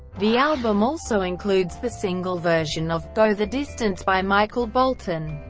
the album also includes the single version of go the distance by michael bolton.